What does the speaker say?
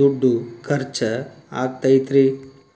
ದುಡ್ಡು ಖರ್ಚ ಆಗ್ತೈತ್ರಿ?